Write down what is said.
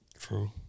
True